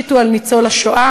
שנה.